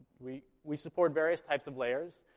we we support various types of layers.